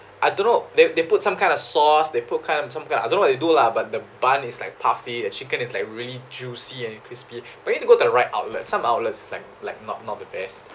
I don't know they they put some kind of sauce they put kind of some kind of I don't know what they do lah but the bun is like puffy the chicken is like really juicy and crispy but you need to go to the right outlet some outlet is like like not not the best